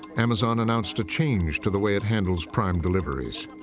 amazon announced a change to the way it handles prime deliveries.